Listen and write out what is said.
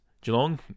Geelong